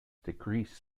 decreased